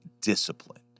discipline